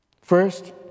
first